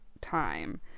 time